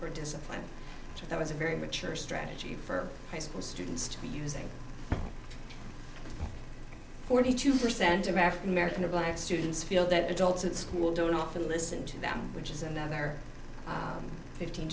or discipline so that was a very mature strategy for high school students to be using forty two percent of african american or black students feel that adults in school don't often listen to them which is another fifteen